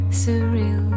surreal